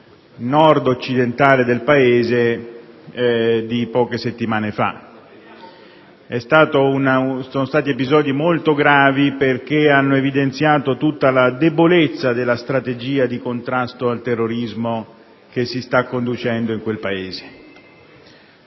nord-occidentale del Paese, di poche settimane fa. Sono stati episodi molto gravi perché hanno evidenziato tutta la debolezza della strategia di contrasto al terrorismo che si sta conducendo in quel Paese.